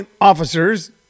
officers